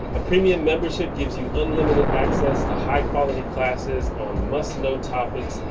a premium membership gives you unlimited access to high-quality classes on must-know topics,